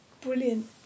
brilliant